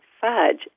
Fudge